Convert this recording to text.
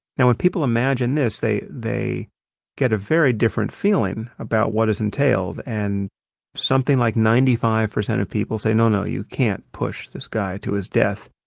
now when people imagine this, they they get a very different feeling about what is entailed and something like ninety five percent of people say no, no, you can't push this guy to his death.